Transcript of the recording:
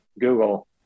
Google